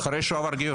אחרי שהוא עבר גיור.